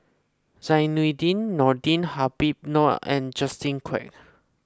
Zainudin Nordin Habib Noh and Justin Quek